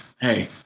Hey